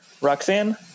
Roxanne